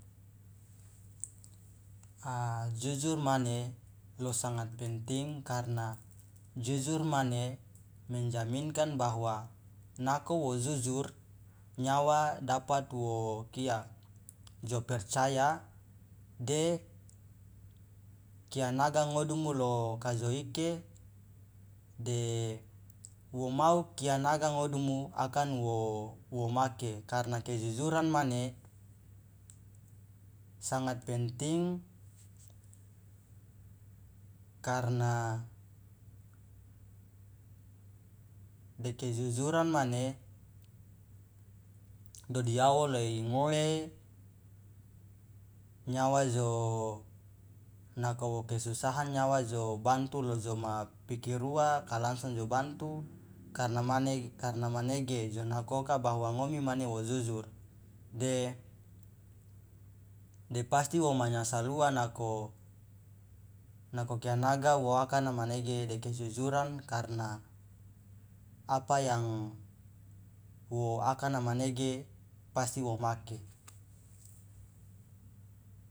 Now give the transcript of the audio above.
A jujur mane lo sangat penting karna jujur mane menjaminkan bahwa nako wo jujur nyawa dapat wo kia jo percaya de kianaga ngodumu lo kajo ike de wo mau kia naga ngodumu akan wo make karna kejujuran mane sangat penting karna de kejujuran mane dodiawo lo ingoe nyawa jo nako wo kesusahan nyawa jo bantu lo joma pikir uwa ka langsung jo bantu karna manege jo nakoka bahwa ngomi mane wo jujur de depasti wo manyasal uwa nako nako kianaga wo akana manege de kejujuran karna apa yang wo akana manege pasti wo make.